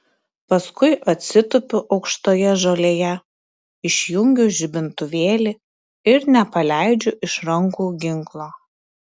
paskui atsitupiu aukštoje žolėje išjungiu žibintuvėlį ir nepaleidžiu iš rankų ginklo